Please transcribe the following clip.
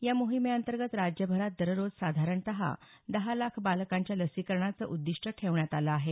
या मोहीमेअंतर्गत राज्यभरात दररोज साधारणत दहा लाख बालकांच्या लसीकरणाचं उद्दिष्ट ठेवण्यात आलं आहे